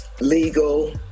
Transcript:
legal